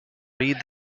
read